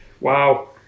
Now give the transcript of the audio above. Wow